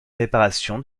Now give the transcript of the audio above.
réparations